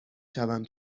شوم